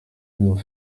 nous